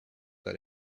got